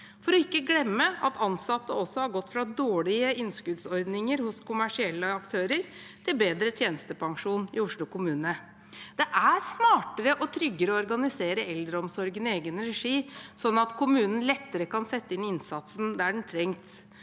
for ikke å glemme at ansatte også har gått fra dårlige innskuddsordninger hos kommersielle aktører til bedre tjenestepensjon i Oslo kommune. Det er smartere og tryggere å organisere eldreomsorgen i egen regi, slik at kommunen lettere kan sette inn innsatsen der den trengs,